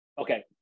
okay